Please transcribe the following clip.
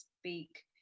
speak